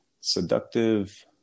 Seductive